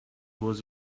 was